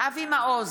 אבי מעוז,